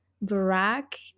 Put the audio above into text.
black